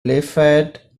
lafayette